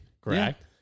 correct